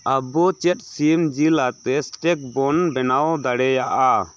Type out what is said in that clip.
ᱟᱵᱚ ᱪᱮᱫ ᱥᱤᱢ ᱡᱤᱞ ᱟᱛᱮᱫ ᱥᱴᱮᱯ ᱵᱚᱱ ᱵᱮᱱᱟᱣ ᱫᱟᱲᱮᱭᱟᱜᱼᱟ